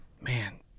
man